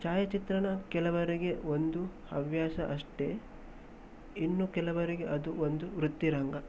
ಛಾಯಾಚಿತ್ರಣ ಕೆಲವರಿಗೆ ಒಂದು ಹವ್ಯಾಸ ಅಷ್ಟೆ ಇನ್ನು ಕೆಲವರಿಗೆ ಅಂದು ಒಂದು ವೃತ್ತಿರಂಗ